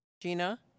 Gina